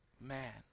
man